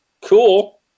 Cool